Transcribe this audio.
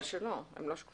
כנראה שלא, הם לא שקופים.